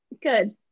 Good